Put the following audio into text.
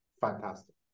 fantastic